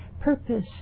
purpose